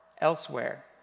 elsewhere